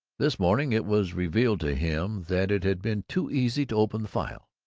this morning it was revealed to him that it had been too easy to open the file.